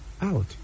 out